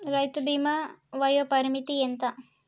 రైతు బీమా వయోపరిమితి ఎంత?